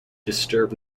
disturb